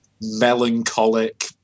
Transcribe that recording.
melancholic